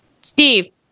Steve